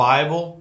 Bible